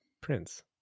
Prince